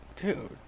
Dude